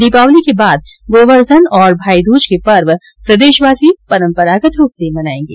दीपावली के बाद गोवर्धन और भाईद्ज के पर्व प्रदेशवासी परम्परागत रूप से मनायें गे